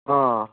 ꯑꯥ